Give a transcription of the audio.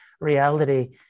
reality